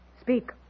Speak